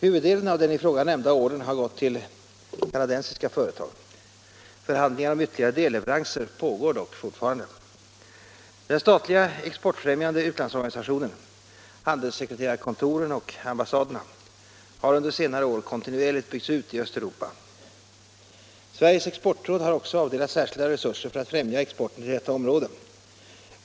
Huvuddelen av den i frågan nämnda ordern har gått till kanadensiska företag. Förhandlingar om ytterligare delleveranser pågår dock fortfarande. Den statliga exportfrämjande utlandsorganisationen, handelssekreterarkontoren och ambassaderna, har under senare år kontinuerligt byggts ut i Östeuropa. Sveriges exportråd har också avdelat särskilda resurser för att främja exporten till detta område.